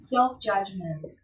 Self-judgment